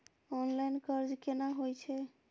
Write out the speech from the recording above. Online कर्ज केना होई छै?